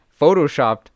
photoshopped